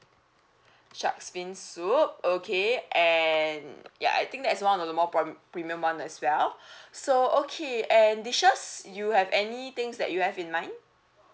shark's fin soup okay and ya I think that's one of the more prom~ premium one as well so okay and dishes you have any things that you have in mind